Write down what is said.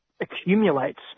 accumulates